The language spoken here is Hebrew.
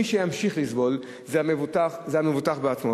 מי שימשיך לסבול זה המבוטח בעצמו.